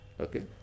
Okay